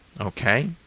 Okay